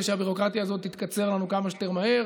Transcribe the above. שהביורוקרטיה הזאת תתקצר לנו כמה שיותר מהר.